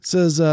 Says